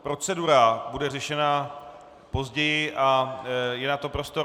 Procedura bude řešena později a je na to prostor.